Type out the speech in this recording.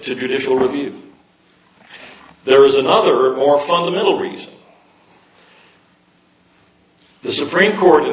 to judicial review there is another or fundamental reason the supreme court